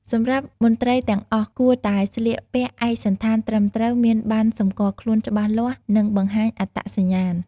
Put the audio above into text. សម្រាប់មន្ត្រីទាំងអស់គួរតែស្លៀកពាក់ឯកសណ្ឋានត្រឹមត្រូវ មានប័ណ្ណសម្គាល់ខ្លួនច្បាស់លាស់ និងបង្ហាញអត្តសញ្ញាណ។